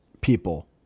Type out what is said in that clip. people